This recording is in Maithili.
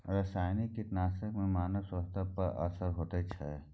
रसायनिक कीटनासक के मानव स्वास्थ्य पर की असर होयत छै?